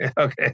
Okay